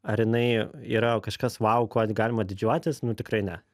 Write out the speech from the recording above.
ar jinai yra kažkas vau kuo galima didžiuotis nu tikrai ne